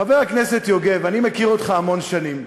חבר הכנסת יוגב, אני מכיר אותך המון שנים.